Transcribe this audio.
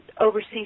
overseas